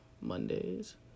Mondays